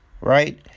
Right